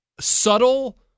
subtle